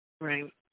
Right